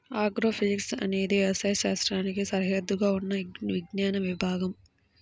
agrophysics అనేది వ్యవసాయ శాస్త్రానికి సరిహద్దుగా ఉన్న విజ్ఞాన విభాగం